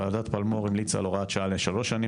ועדת פלמור המליצה על הוראת שעה לשלשו שנים